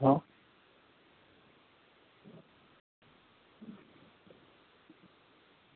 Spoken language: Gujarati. હ